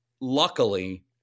luckily